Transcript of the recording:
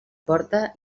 porta